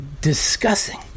discussing